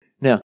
Now